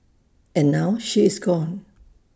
and now she is gone